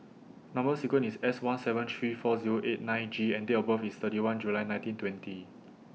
Number sequence IS S one seven three four Zero eight nine G and Date of birth IS thirty one July nineteen twenty